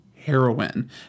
heroin